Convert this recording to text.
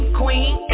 queen